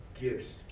gifts